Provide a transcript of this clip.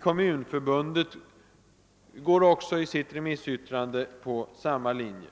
Kom munförbundet går i sitt remissyttrande på samma linje.